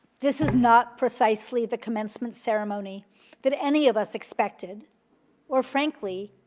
this is not precisely the commencement ceremony that any of us expected or, frankly,